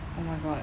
oh my god